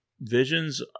Visions